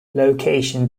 location